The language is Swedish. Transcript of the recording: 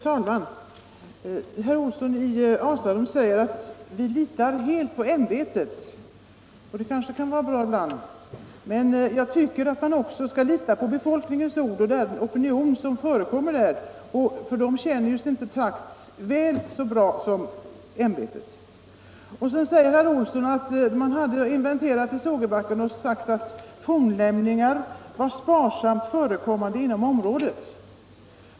Fru talman! Herr Olsson i Asarum säger att ”vi litar helt på ämbetet”. Det kanske kan vara bra att göra det ibland, men man bör också lita på befolkningens ord och lyssna på den opinion som finns. Invånarna i området känner sin trakt väl så bra som ”ämbetet.” Sedan säger herr Olsson att man hade inventerat i Sågebacken och funnit att fornlämningar var sparsamt förekommande inom området.